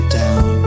down